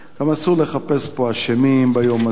גם אסור לחפש פה אשמים ביום הזה.